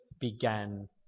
began